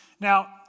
Now